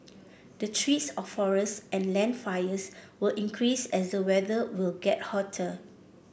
the threats of forest and land fires will increase as the weather will get hotter